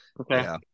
Okay